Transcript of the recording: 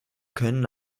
können